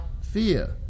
fear